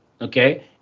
okay